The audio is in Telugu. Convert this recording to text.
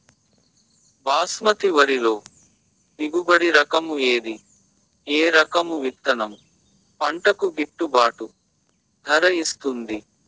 బాస్మతి వరిలో దిగుబడి రకము ఏది ఏ రకము విత్తనం పంటకు గిట్టుబాటు ధర ఇస్తుంది